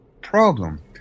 problem